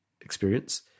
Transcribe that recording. experience